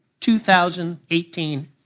2018